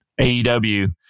AEW